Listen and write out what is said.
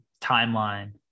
timeline